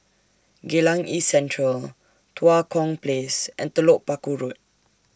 Geylang East Central Tua Kong Place and Telok Paku Road